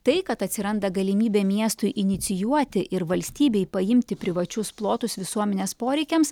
tai kad atsiranda galimybė miestui inicijuoti ir valstybei paimti privačius plotus visuomenės poreikiams